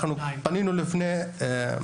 שניים.